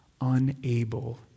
unable